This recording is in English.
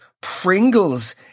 Pringles